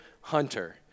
Hunter